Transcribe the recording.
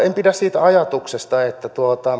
en pidä siitä ajatuksesta että